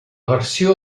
versió